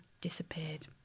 disappeared